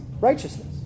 righteousness